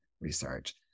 research